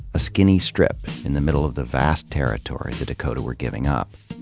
a skinny strip in the middle of the vast territory the dakota were giving up.